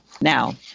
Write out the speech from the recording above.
now